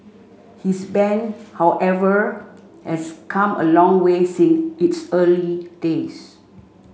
his band however has come a long way since its early days